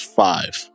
five